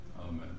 Amen